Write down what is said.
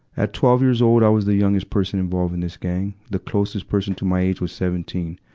at twelve years old, i was the youngest person involved in this gang. the closest person to my age was seventeen,